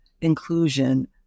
inclusion